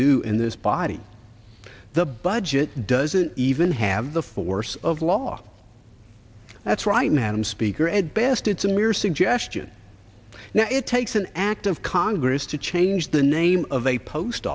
do in this body the budget doesn't even have the force of law that's right madam speaker at best it's a mere suggestion now it takes an act of congress to change the name of a post